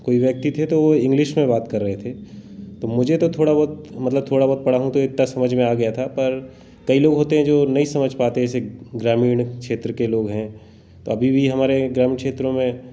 कोई व्यक्ति थे तो वह इंग्लिश में बात कर रहे थे तो मुझे तो थोड़ा बहुत मतलब थोड़ा बहुत पढ़ा हूँ तो एकता समझ में आ गया था पर कई लोग होते हैं जो नहीं समझ पाते जैसे ग्रामीण क्षेत्र के लोग हैं तो अभी भी हमारे ग्रामीण क्षेत्रों में